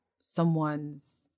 someone's